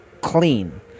clean